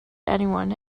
anyone